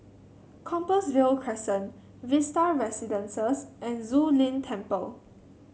Compassvale Crescent Vista Residences and Zu Lin Temple